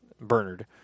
Bernard